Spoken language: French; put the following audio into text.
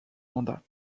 mandat